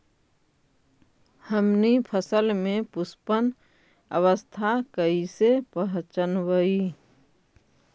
हमनी फसल में पुष्पन अवस्था कईसे पहचनबई?